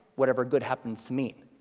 whatever good happens to mean.